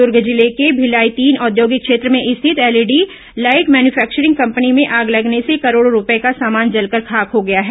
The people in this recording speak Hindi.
दुर्ग जिले के भिलाई तीन औद्योगिक क्षेत्र में स्थित एलईडी लाइट मैन्युफेक्चिरिंग कंपनी में आग लगने से करोडों रूपये का सामान जलकर खाक हो गया है